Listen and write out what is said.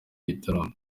gitaramo